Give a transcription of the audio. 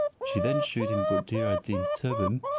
she then shewed him buddir ad deen's turban,